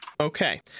okay